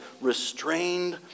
restrained